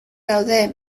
daude